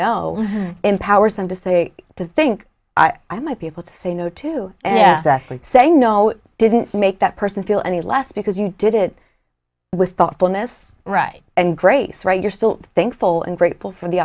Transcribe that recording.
no empowers them to say to think i might be able to say no to say no it didn't make that person feel any less because you did it with thoughtfulness right and grace right you're still thankful and grateful for the